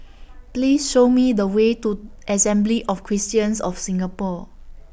Please Show Me The Way to Assembly of Christians of Singapore